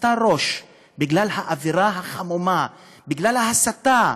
רצתה ראש, בגלל האווירה החמומה, בגלל ההסתה,